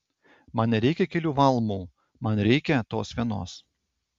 man nereikia kelių valmų man reikia tos vienos